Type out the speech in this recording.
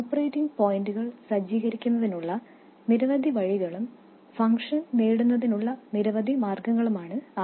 operating പോയിന്റുകൾ സജ്ജീകരിക്കുന്നതിനുള്ള നിരവധി വഴികളും ഫംഗ്ഷൻ നേടുന്നതിനുള്ള നിരവധി മാർഗങ്ങളുമാണ് അവ